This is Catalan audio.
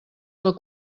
del